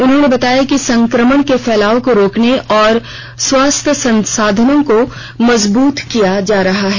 उन्होंने बताया कि संक्रमण के फैलाव को रोकने और स्वास्थ्य संसाधनों को मजबूत किया जा रहा है